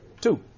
two